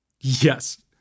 Yes